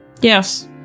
Yes